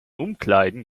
umkleiden